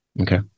Okay